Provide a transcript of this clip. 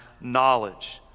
knowledge